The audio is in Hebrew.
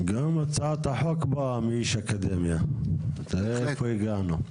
גם הצעת החוק באה מאיש אקדמיה, תראה לאיפה הגענו.